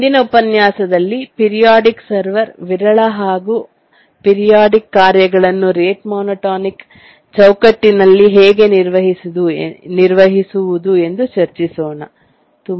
ಮುಂದಿನ ಉಪನ್ಯಾಸದಲ್ಲಿ periodic server ವಿರಳ ಹಾಗೂ ಪೀರಿಯಾಡಿಕ್ ಕಾರ್ಯಗಳನ್ನು ರೇಟ್ ಮೋನೋಟೋನಿಕ್ ಚೌಕಟ್ಟಿನಲ್ಲಿ ಹೇಗೆ ನಿರ್ವಹಿಸುವುದು ಎಂದು ಚರ್ಚಿಸೋಣ